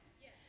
Yes